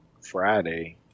Friday